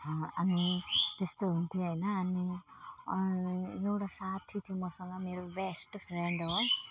अनि त्यस्तो हुन्थ्यो होइन अनि अँ एउटा साथी थियो मसँग मेरो बेस्ट फ्रेन्ड हो